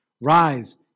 Rise